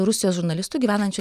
rusijos žurnalistu gyvenančiu